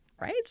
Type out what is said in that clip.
right